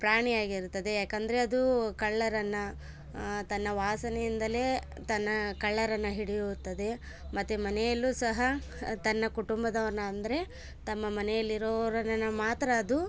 ಪ್ರಾಣಿಯಾಗಿರುತ್ತದೆ ಯಾಕೆಂದ್ರೆ ಅದು ಕಳ್ಳರನ್ನು ತನ್ನ ವಾಸನೆಯಿಂದಲೆ ತನ್ನ ಕಳ್ಳರನ್ನು ಹಿಡಿಯುತ್ತದೆ ಮತ್ತೆ ಮನೆಯಲ್ಲು ಸಹ ತನ್ನ ಕುಟುಂಬದವ್ರನ್ನ ಅಂದರೆ ತಮ್ಮ ಮನೆಯಲ್ಲಿರುವರನ್ನು ಮಾತ್ರ ಅದು